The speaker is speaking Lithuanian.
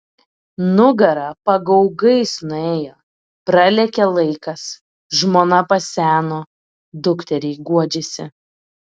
nugara pagaugais nuėjo pralėkė laikas žmona paseno dukteriai guodžiasi